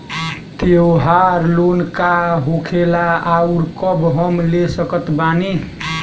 त्योहार लोन का होखेला आउर कब हम ले सकत बानी?